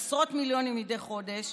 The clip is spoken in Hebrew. זה עשרות מיליונים מדי חודש.